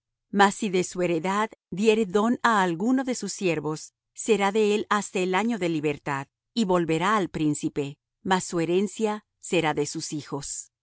mas si de su heredad diere don á alguno de sus siervos será de él hasta el año de libertad y volverá al príncipe mas su herencia será de sus hijos